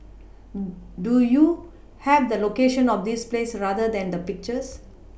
do you have the location of this place or rather the pictures